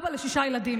אבא לשישה ילדים.